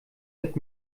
wird